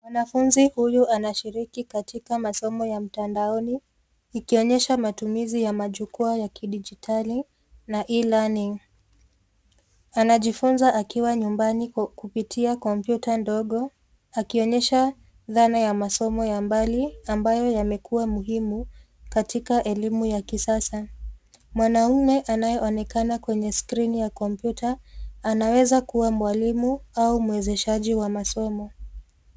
Mwanafunzi huyu anashiriki katika masomo ya mtandaoni ikionyesha matumizi ya majukwa ya kidijitali na e-learning . Anajifunza akiwa nyumbani kwa kupitia kompyuta ndogo akionyesha dhana ya masomo ya mbali ambayo yamekuwa muhimu katika elimu ya kisasa. Mwanaume anayeonekana kwenye skrini ya kompyuta anaweza kuwa mwalimu au mwezeshaji wa masomo.